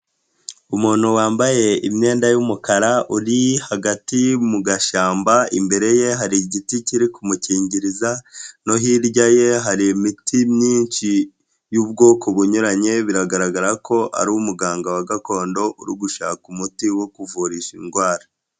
Umuntu wambaye imyenda y'umukara uri hagati mu gashyamba, imbere ye hari igiti kiri kumukingiriza no hirya ye hari imiti myinshi y'ubwoko bunyuranye, biragaragara ko ari umuganga wa gakondo uri gushaka umuti wo kuvurisha indwara.